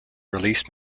released